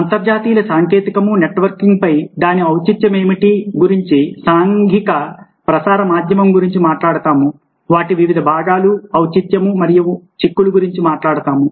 అంతర్జాల సాంకేతికము నెట్వర్కింగ్ పై దాని ఔచిత్యమేమిటి గురించి సాంఘిక ప్రసార మాధ్యమం గురించి మాట్లాడతాము వాటి వివిధ భాగాలు ఔచిత్యం మరియు చిక్కులు గురించి మాట్లాడతాము